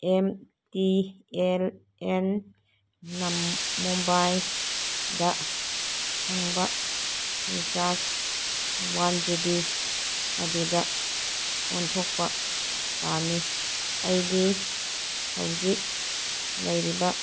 M T L N ꯃꯨꯝꯕꯥꯏꯗ ꯐꯪꯕ recharge one GB ꯕꯤ ꯑꯗꯨꯗ ꯑꯣꯟꯊꯣꯛꯄ ꯄꯥꯝꯃꯤ ꯑꯩꯒꯤ ꯍꯧꯖꯤꯛ ꯂꯩꯔꯤꯕ